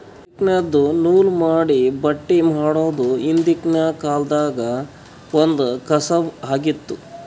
ಚರಕ್ದಿನ್ದ ನೂಲ್ ಮಾಡಿ ಬಟ್ಟಿ ಮಾಡೋದ್ ಹಿಂದ್ಕಿನ ಕಾಲ್ದಗ್ ಒಂದ್ ಕಸಬ್ ಆಗಿತ್ತ್